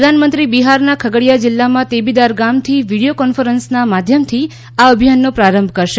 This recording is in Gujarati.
પ્રધાનમંત્રી બિહારના ખગડીયા જિલ્લામાં તેબીદાર ગામથી વીડિયો કોન્ફરન્સના માધ્યમથી આ અભિયાનનો પ્રારંભ કરશે